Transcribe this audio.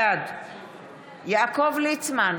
בעד יעקב ליצמן,